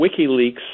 WikiLeaks